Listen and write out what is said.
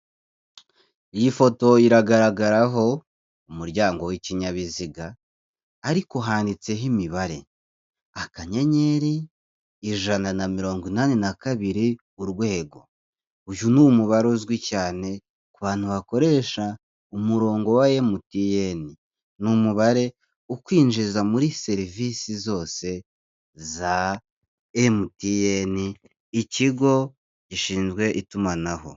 Iiyi foto iragaragaraho umuryango w'ikinyabiziga ariko handitseho imibare, akanyenyeri ijana na mirongo inani na kabiri urwego. Uyu ni umubare uzwi cyane ku bantu bakoresha umurongo wa Emutiyeni, ni umubare ukwinjiza muri serivisi zose za Emutiyeni ikigo gishinzwe itumanaho.